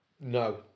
No